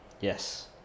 Yes